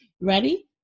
ready